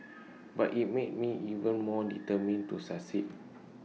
but IT made me even more determined to succeed